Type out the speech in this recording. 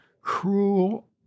cruel